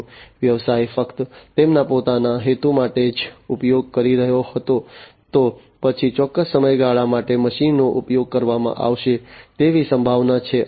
જો વ્યવસાય ફક્ત તેમના પોતાના હેતુ માટે જ ઉપયોગ કરી રહ્યો હતો તો પછી ચોક્કસ સમયગાળા માટે મશીનનો ઉપયોગ કરવામાં આવશે તેવી સંભાવના છે